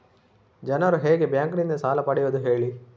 ಜನರು ಹೇಗೆ ಬ್ಯಾಂಕ್ ನಿಂದ ಸಾಲ ಪಡೆಯೋದು ಹೇಳಿ